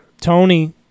Tony